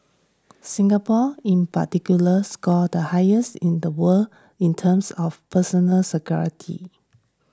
Singapore in particular scored the highest in the world in terms of personal security